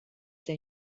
der